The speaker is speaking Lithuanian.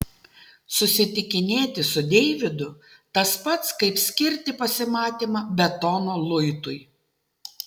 susitikinėti su deividu tas pats kaip skirti pasimatymą betono luitui